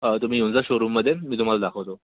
तुम्ही येऊन जा शोरूममध्ये मी तुम्हाला दाखवतो